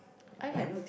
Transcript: I have